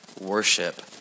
worship